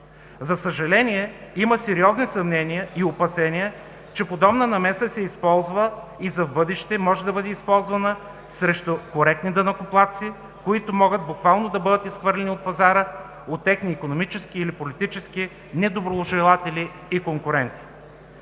За съжаление, има сериозни съмнения и опасения, че подобна намеса се използва и за в бъдеще може да бъде използвана срещу коректни данъкоплатци, които буквално могат да бъдат изхвърлени от пазара от техни политически или икономически недоброжелатели и конкуренти.